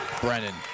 Brennan